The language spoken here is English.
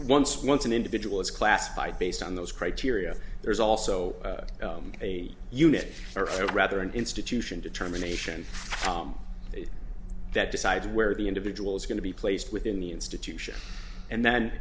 once once an individual is classified based on those criteria there's also a unit or rather an institution determination that decides where the individual is going to be placed within the institution and then